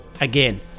again